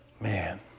Man